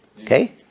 Okay